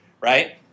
right